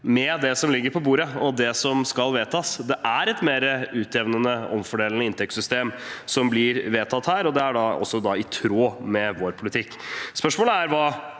med det som ligger på bordet, og det som skal vedtas. Det er et mer utjevnende, omfordelende inntektssystem som blir vedtatt, og det er også i tråd med vår politikk. Spørsmålet er hva